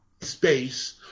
space